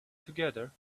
together